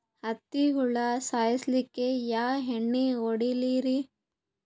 ಹತ್ತಿ ಹುಳ ಸಾಯ್ಸಲ್ಲಿಕ್ಕಿ ಯಾ ಎಣ್ಣಿ ಹೊಡಿಲಿರಿ?